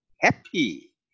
happy